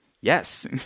Yes